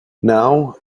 now